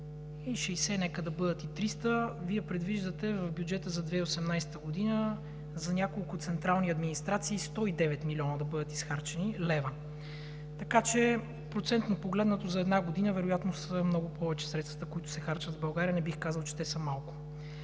260, нека да бъдат и 300. Вие предвиждате в бюджета за 2018 г. за няколко централни администрации 109 млн. лв. да бъдат изхарчени. Така че процентно погледнато за една година вероятно са много повече средствата, които се харчат в България. Не бих казал, че са малко.